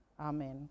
amen